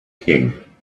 king